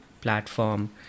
platform